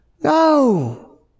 No